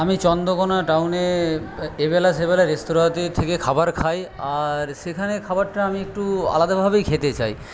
আমি চন্দ্রকোণা টাউনে এবেলা সেবেলা রেস্তোরাঁতে থেকে খাবার খাই আর সেখানে খাবারটা আমি একটু আলাদাভাবেই খেতে চাই